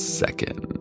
second